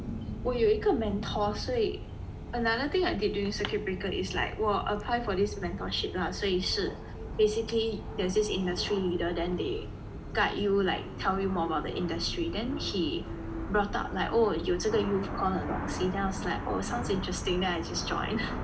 我有一个 mentor 所以 another thing I did during circuit breaker is like 我 apply for this mentorship lah 所以是 basically there's this industry leader than they guide you like tell you more about the industry then he brought up like oh 有这个 youth call 的东西 like oh sounds interesting then I just join